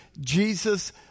Jesus